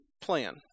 plan